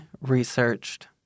researched